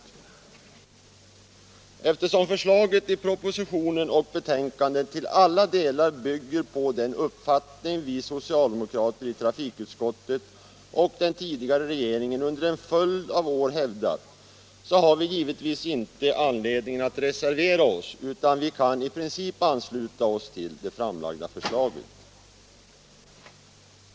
Eftersom förslaget i propositionen och betänkandet till alla delar bygger på den uppfattning vi socialdemokrater i trafikutskottet och den tidigare regeringen under en följd av år hävdat har vi givetvis inte haft anledning att reservera oss, utan vi kan i princip ansluta oss till det framlagda förslaget.